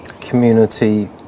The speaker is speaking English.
community